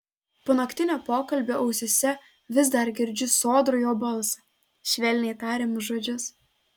po naktinio pokalbio ausyse vis dar girdžiu sodrų jo balsą švelniai tariamus žodžius